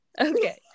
okay